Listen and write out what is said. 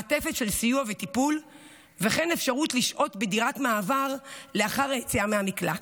מעטפת של סיוע וטיפול וכן אפשרות לשהות בדירת מעבר לאחר היציאה מהמקלט.